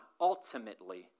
ultimately